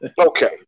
Okay